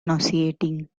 nauseating